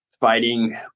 fighting